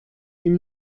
ihm